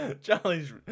Charlie's